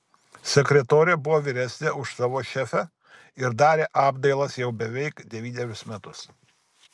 sekretorė buvo vyresnė už savo šefę ir darė apdailas jau beveik devynerius metus